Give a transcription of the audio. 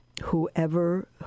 whoever